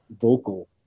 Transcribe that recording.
vocal